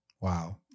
Wow